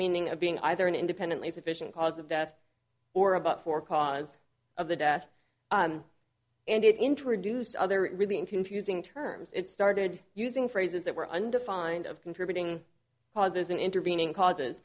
meaning of being either an independently sufficient cause of death or about for cause of the death and it introduced other really in confusing terms it started using phrases that were undefined of contributing causes an intervening causes